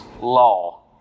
law